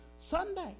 Sunday